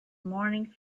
morning